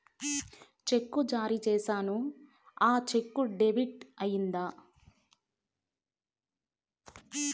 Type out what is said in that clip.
చెక్కు జారీ సేసాను, ఆ చెక్కు డెబిట్ అయిందా